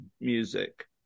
music